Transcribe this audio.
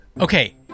Okay